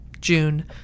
June